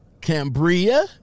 Cambria